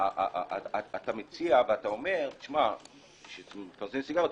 אתה אומר: כשמפרסמים סיגריות,